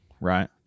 right